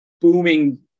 booming